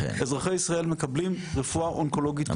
אזרחי ישראל מקבלים רפואה אונקולוגית טובה.